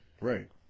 Right